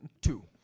Two